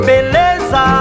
Beleza